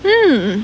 mm